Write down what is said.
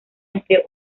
entre